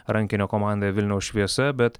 rankinio komanda vilniaus šviesa bet